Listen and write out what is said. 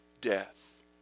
death